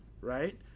right